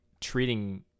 treating